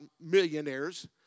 millionaires